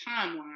timeline